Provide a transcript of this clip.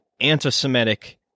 anti-Semitic